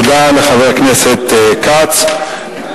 תודה לחבר הכנסת כץ.